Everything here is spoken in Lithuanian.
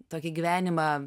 tokį gyvenimą